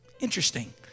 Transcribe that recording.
Interesting